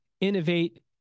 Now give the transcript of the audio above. Innovate